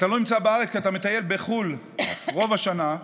אתה לא נמצא בארץ, כי אתה מטייל בחו"ל רוב השנה.